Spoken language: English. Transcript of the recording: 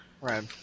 Right